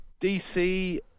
DC